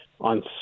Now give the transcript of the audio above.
on